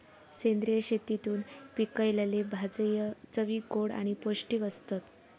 सेंद्रिय शेतीतून पिकयलले भाजये चवीक गोड आणि पौष्टिक आसतत